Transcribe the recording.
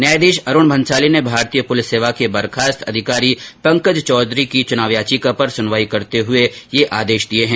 न्यायाधीश अरुण भंसाली ने भारतीय पुलिस सेवा के बर्खास्त अधिकारी पंकज चौधरी की चुनाव याचिका पर सुनवाई करते हुए यह आदेश दिए है